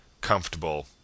comfortable